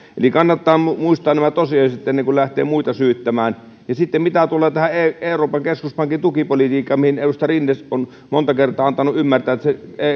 kannattaa muistaa nämä tosiasiat ennen kuin lähtee muita syyttämään mitä tulee tähän euroopan keskuspankin tukipolitiikkaan mistä edustaja rinne on monta kertaa antanut ymmärtää että